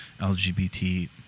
LGBT